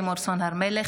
לימור סון הר מלך,